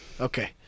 Okay